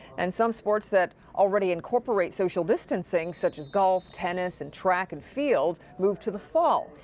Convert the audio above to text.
and some sports that already incorporate social distancing such as golf, tennis and track and field move to the fall.